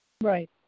Right